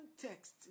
context